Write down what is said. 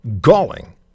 galling